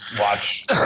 watch